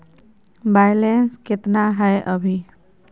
Balance केतना हय अभी?